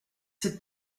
cette